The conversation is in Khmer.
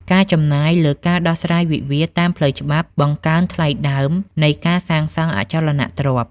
ការចំណាយលើការដោះស្រាយវិវាទតាមផ្លូវច្បាប់ បង្កើនថ្លៃដើមនៃការសាងសង់អចលនទ្រព្យ។